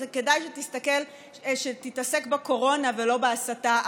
וכדאי שתתעסק בקורונה ולא בהסתה.